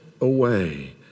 away